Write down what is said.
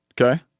Okay